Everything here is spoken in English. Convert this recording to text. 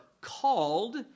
called